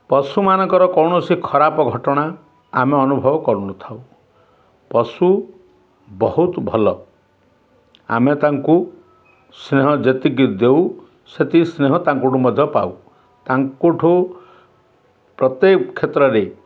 ପଶୁମାନଙ୍କର କୌଣସି ଖରାପ ଘଟଣା ଆମେ ଅନୁଭବ କରୁନଥାଉ ପଶୁ ବହୁତ ଭଲ ଆମେ ତାଙ୍କୁ ସ୍ନେହ ଯେତିକି ଦେଉ ସେତିକି ସ୍ନେହ ତାଙ୍କ ଠୁ ମଧ୍ୟ ପାଉ ତାଙ୍କ ଠୁ ପ୍ରତ୍ୟେକ କ୍ଷେତ୍ରରେ